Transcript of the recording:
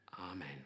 Amen